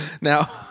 Now